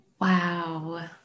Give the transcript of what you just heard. Wow